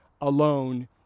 alone